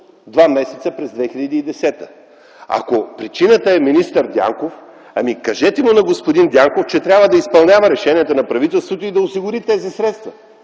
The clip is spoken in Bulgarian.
два месеца през 2010 г. Ако причината е министър Дянков, кажете му, че трябва да изпълнява решенията на правителството и да осигури тези средства,